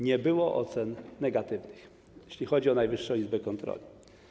Nie było ocen negatywnych, jeśli chodzi o Najwyższą Izbę Kontroli.